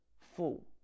full